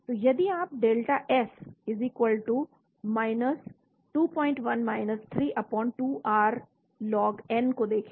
तो यदि आप delta S 21 3 2 R ln n को देखें